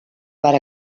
per